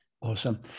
Awesome